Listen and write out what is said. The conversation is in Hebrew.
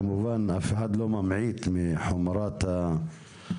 כמובן, אף אחד לא ממעיט מחומרת הבעיה.